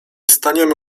staniemy